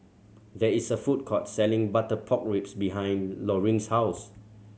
there is a food court selling butter pork ribs behind Loring's house